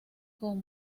con